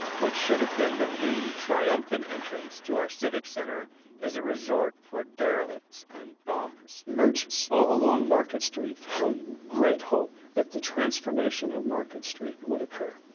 what should have been the new, triumphant entrance to our civic center is a resort for derelicts and bums. merchants all along market street held great hope that the transformation of market street would occur,